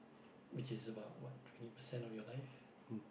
which is about what twenty percent of your life